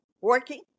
working